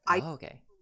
Okay